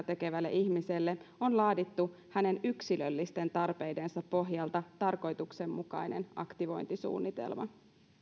tekevälle ihmiselle on laadittu hänen yksilöllisten tarpeidensa pohjalta tarkoituksenmukainen aktivointisuunnitelma